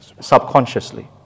subconsciously